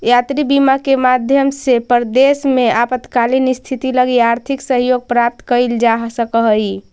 यात्री बीमा के माध्यम से परदेस में आपातकालीन स्थिति लगी आर्थिक सहयोग प्राप्त कैइल जा सकऽ हई